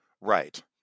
Right